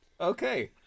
Okay